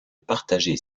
partager